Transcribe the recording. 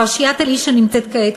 פרשיית "אלישע" נמצאת כעת,